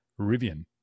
Rivian